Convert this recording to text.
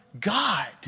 God